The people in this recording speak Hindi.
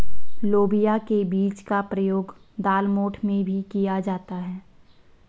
लोबिया के बीज का प्रयोग दालमोठ में भी किया जाता है